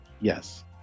Yes